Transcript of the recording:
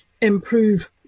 improve